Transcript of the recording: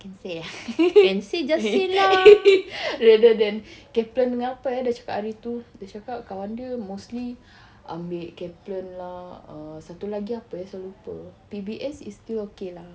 can say ah rather than Kaplan dengan apa eh dia cakap hari tu dia cakap kawan dia mostly ambil Kaplan lah err satu lagi apa eh saya lupa P_B_S is still okay lah